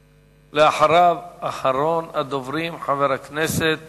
ואחריו, אחרון הדוברים, חבר הכנסת